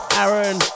Aaron